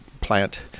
plant